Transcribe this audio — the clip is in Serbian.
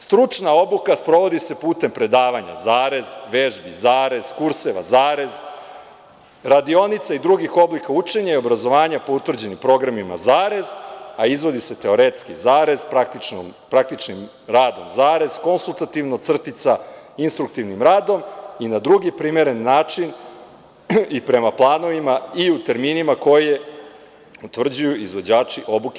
Stručna obuka sprovodi se putem predavanja, vežbi, kurseva, radionica i drugih oblika učenja i obrazovanja po utvrđenim programima, a izvodi se teoretski, praktičnim radom, konsultativno-instruktivnim radom i na drugi primeren način i prema planovima i u terminima koje utvrđuju izvođači obuke.